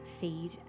feed